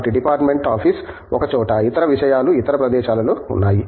కాబట్టి department office ఒక చోట ఇతర విషయాలు ఇతర ప్రదేశాలలో ఉన్నాయి